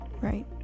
Right